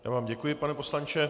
Já vám děkuji, pane poslanče.